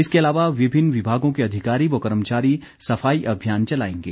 इसके अलावा विभिन्न विभागों के अधिकारी व कर्मचारी सफाई अभियान चलाएंगे